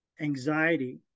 anxiety